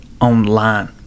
online